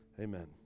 Amen